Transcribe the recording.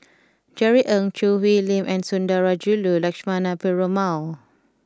Jerry Ng Choo Hwee Lim and Sundarajulu Lakshmana Perumal